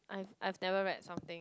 I've I've never read something